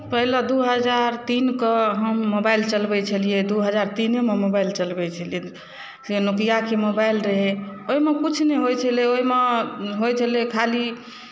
पहिले दू हजार तीनकेँ हम मोबाइल चलबै छलियै दू हजार तीनेमे मोबाइल चलबै छलियै से नोकियाके मोबाइल रहै ओहिमे किछु नहि होइत छलै ओहिमे होइ छलै खाली